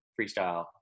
freestyle